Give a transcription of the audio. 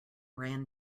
ran